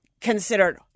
considered